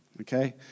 okay